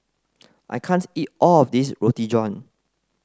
I can't eat all of this Roti John